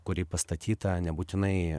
kuri pastatyta nebūtinai